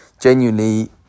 genuinely